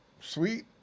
sweet